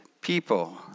people